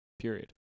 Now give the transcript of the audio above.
period